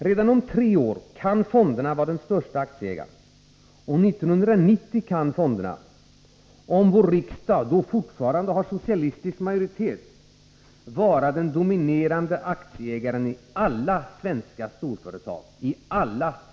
Redan om tre år kan fonderna vara den största aktieägaren. År 1990 kan fonderna — om vår riksdag då fortfarande har socialistisk majoritet — vara den dominerande aktieägaren i alla svenska storföretag.